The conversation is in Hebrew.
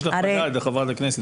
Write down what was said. יש לך מדד, חברת הכנסת.